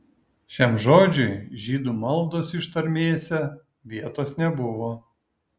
šiam žodžiui žydų maldos ištarmėse vietos nebuvo